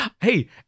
hey